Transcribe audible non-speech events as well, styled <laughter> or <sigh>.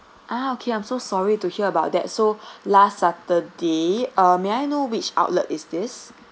ah okay I'm so sorry to hear about that so <breath> last saturday uh may I know which outlet is this